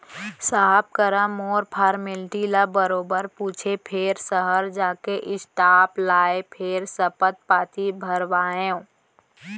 साहब करा मोर फारमेल्टी ल बरोबर पूछें फेर सहर जाके स्टांप लाएँ फेर सपथ पाती भरवाएंव